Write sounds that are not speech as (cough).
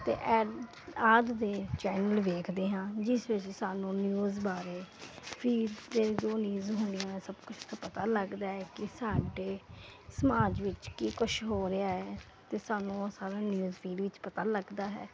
ਤੇ ਐ ਆਦਿ ਦੇ ਚੈਨਲ ਵੇਖਦੇ ਹਾਂ ਇਸ ਵਿੱਚ ਸਾਨੂੰ ਨਿਊਜ਼ ਬਾਰੇ ਵੀ ਜੋ ਨਿਊਜ਼ ਹੁੰਦੀਆਂ ਸਭ ਕੁਝ ਦਾ ਪਤਾ ਲੱਗਦਾ ਹੈ ਕੀ ਸਾਡੇ ਸਮਾਜ ਵਿੱਚ ਕੀ ਕੁਛ ਹੋ ਰਿਹਾ ਤੇ ਸਾਨੂੰ ਸਾਰਾ ਨਿਊਜ਼ (unintelligible) ਵਿੱਚ ਪਤਾ ਲੱਗਦਾ ਹੈ